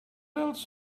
else